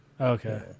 Okay